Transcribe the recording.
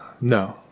No